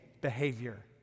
behavior